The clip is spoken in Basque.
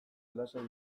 lasai